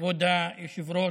כבוד היושב-ראש,